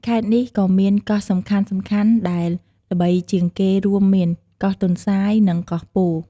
ខេត្តនេះក៏មានកោះសំខាន់ៗដែលល្បីជាងគេរួមមាន កោះទន្សាយ នឹង កោះពោធិ៍។